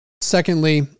Secondly